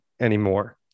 anymore